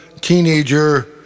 teenager